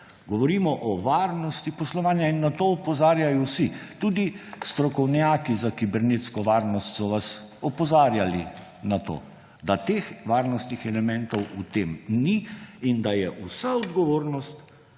govorimo o varnosti poslovanja in na to opozarjajo vsi. Tudi strokovnjaki za kibernetsko varnost so vas opozarjali na to, da teh varnostnih elementov v tem ni in da je vsa odgovornost